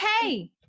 okay